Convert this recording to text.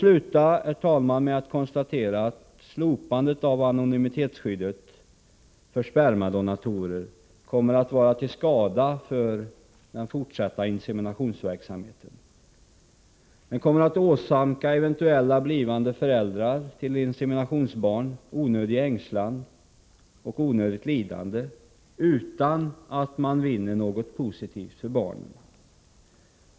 Låt mig sluta med att konstatera att slopandet av anonymi tetsskyddet för spermadonatorn kommer vara till skada för den fortsatta inseminationsverksamheten. Slopandet kommer att åsamka eventuella blivande föräldrar till inseminationsbarn onödig ängslan och onödigt lidande, utan att man vinner något positivt för barnens del.